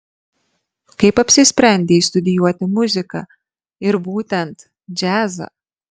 kaip apsisprendei studijuoti muziką ir būtent džiazą